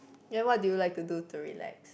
then what do you like to do to relax